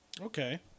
Okay